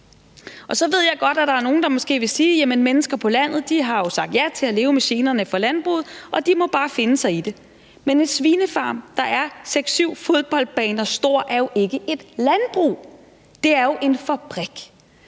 Så ved jeg godt, at der er nogle, der måske vil sige, at mennesker på landet jo har sagt ja til at leve med generne fra landbruget, så de må bare finde sig i det, men en svinefarm, der er seks, syv fodboldbaner stor, er jo ikke et landbrug, det er en fabrik,